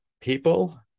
people